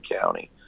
County